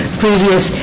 previous